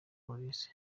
polisi